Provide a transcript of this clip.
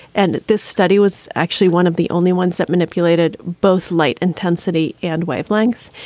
and this study was actually one of the only ones that manipulated both light intensity and wavelength.